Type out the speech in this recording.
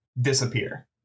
disappear